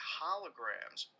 holograms